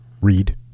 read